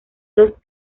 los